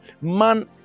man